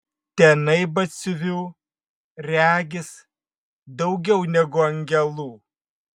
tenai batsiuvių regis daugiau negu angelų